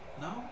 No